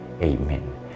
Amen